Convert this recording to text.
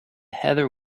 heather